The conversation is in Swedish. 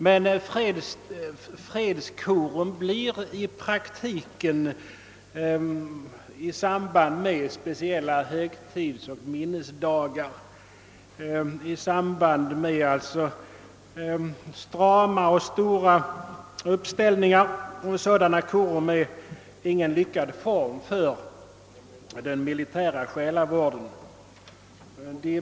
Men fredskorum anordnas i praktiken endast i samband med speciella högtidsoch minnesdagar, alltså i samband med strama och stora uppställningar. Sådana korum är ingen lyckad form för den militära själavården.